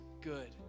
good